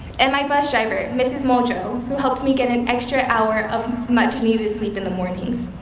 and my bus driver, mrs. muldrow, who helped me get an extra hour of much-needed sleep in the mornings.